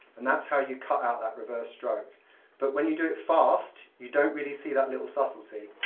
and that's how you cut out that reverse stroke but when you do it fast, you don't really see that little subtlety.